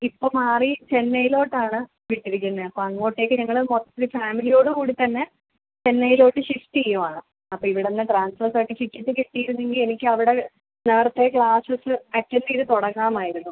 ഇപ്പോൾ മാറി ചെന്നൈയിലോട്ടാണ് വിട്ടിരിക്കുന്നത് അപ്പോൾ അങ്ങോട്ടേക്ക് ഞങ്ങള് മൊത്തത്തില് ഫാമിലിയോട് കൂടിത്തന്നെ ചെന്നൈയിലോട്ട് ഷിഫ്റ്റ് ചെയ്യുകയാണ് അപ്പം ഇവിടെ നിന്ന് ട്രാൻസ്ഫർ സർട്ടിഫിക്കറ്റ് കിട്ടിയിരുന്നെങ്കിൽ എനിക്കവടെ നേരത്തെ ക്ലാസസ്സ്സ് അറ്റൻറ്റെ ചെയ്ത് തുടങ്ങാമായിരുന്നു